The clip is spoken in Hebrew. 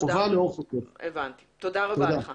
תודה רבה לך.